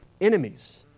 enemies